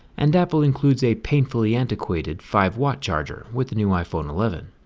and apply includes a painfully antiquated five watt charger with the new iphone eleven.